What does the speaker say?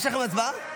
יש לכם הצבעה?